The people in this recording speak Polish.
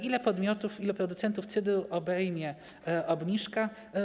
Ile podmiotów, ilu producentów cydru obejmie obniżka?